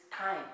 time